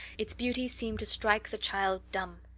its beauty seemed to strike the child dumb.